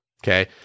Okay